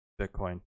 Bitcoin